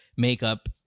Makeup